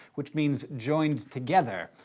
which means joined together.